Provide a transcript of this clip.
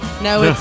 no